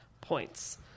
points